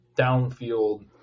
downfield